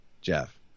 Jeff